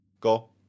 Go